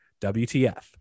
WTF